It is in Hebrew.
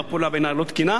זאת פעולה, בעיני, לא תקינה.